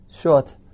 short